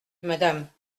madame